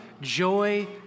joy